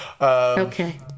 Okay